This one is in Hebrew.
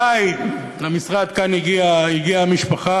אלי למשרד כאן הגיעה המשפחה,